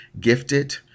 gifted